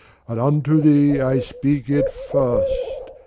and unto thee i speak it first,